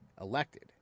elected